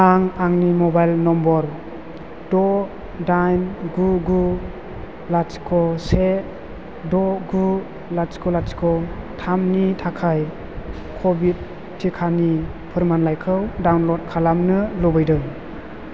आं आंनि mobile number द' दाइन गु गु लाथिख' से द' गु लाथिख' लाथिख' थामनि थाखाय कविड टिकानि फोरमानलाइखौ डाउनलड खालामनो लुबैदों